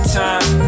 time